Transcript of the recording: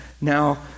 now